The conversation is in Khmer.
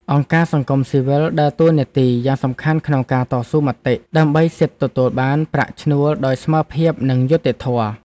អង្គការសង្គមស៊ីវិលដើរតួនាទីយ៉ាងសំខាន់ក្នុងការតស៊ូមតិ ដើម្បីសិទ្ធិទទួលបានប្រាក់ឈ្នួលដោយស្មើភាពនិងយុត្តិធម៌។